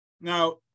Now